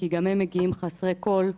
כי גם הם מגיעים חסרי כל,